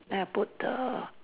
then I put the